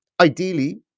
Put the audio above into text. Ideally